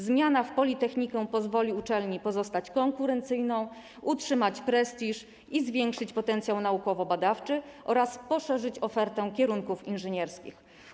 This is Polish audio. Zmiana w politechnikę pozwoli uczelni pozostać konkurencyjną, utrzymać prestiż, zwiększyć potencjał naukowo-badawczy oraz poszerzyć ofertę kierunków inżynierskich.